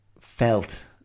felt